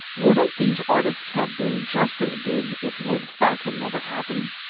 wouldn't these artists have been just as big if woodstock had never happened.